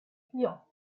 vier